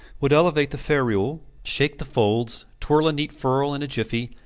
would elevate the ferule, shake the folds, twirl a neat furl in a jiffy,